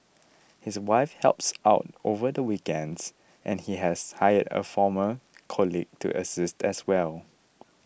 his wife helps out over the weekends and he has hired a former colleague to assist as well